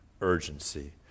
urgency